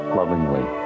lovingly